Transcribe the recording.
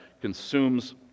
consumes